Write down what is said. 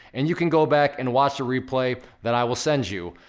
and you can go back and watch the replay that i will send you.